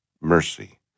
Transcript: mercy